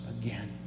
again